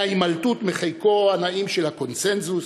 מההימלטות מחיקו הנעים של הקונסנזוס,